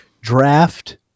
draft